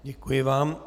Děkuji vám.